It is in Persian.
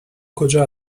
کجا